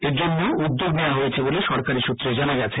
এর জন্য উদ্যোগ নেওয়া হয়েছে বলে সরকারী সুত্রে জানা গেছে